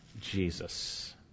jesus